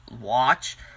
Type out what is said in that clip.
watch